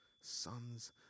Sons